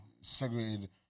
segregated